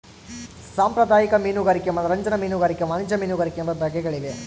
ಸಾಂಪ್ರದಾಯಿಕ ಮೀನುಗಾರಿಕೆ ಮನರಂಜನಾ ಮೀನುಗಾರಿಕೆ ವಾಣಿಜ್ಯ ಮೀನುಗಾರಿಕೆ ಎಂಬ ಬಗೆಗಳಿವೆ